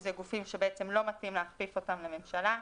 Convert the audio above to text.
שאלה גופים שלא מתאים להכפיף אותם לממשלה,